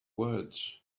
words